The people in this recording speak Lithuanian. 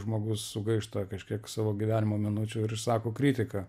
žmogus sugaišta kažkiek savo gyvenimo minučių ir išsako kritiką